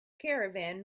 caravan